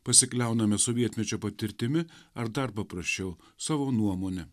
pasikliauname sovietmečio patirtimi ar dar paprasčiau savo nuomone